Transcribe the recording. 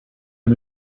are